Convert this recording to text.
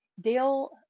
Dale